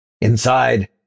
Inside